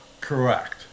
correct